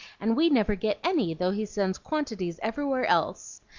and we never get any, though he sends quantities everywhere else.